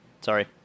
Sorry